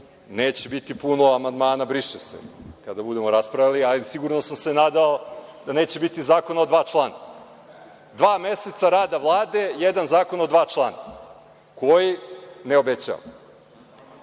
neće biti puno amandmana briše se kada budemo raspravljali. Sigurno sam se nadao da neće biti zakona od dva člana. Dva meseca rada Vlade i jedan zakon od dva člana koji ne